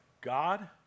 God